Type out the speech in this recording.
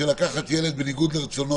מצב של לקחת ילד בניגוד לרצונו,